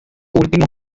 últimos